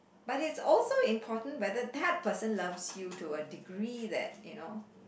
but it's also important whether that person loves you to a degree that you know